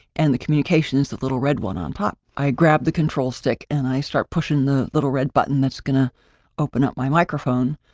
and the communications, little red one on top, i grabbed the control stick and i start pushing the little red button that's gonna open up my microphone.